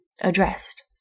addressed